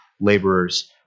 laborers